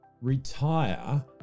retire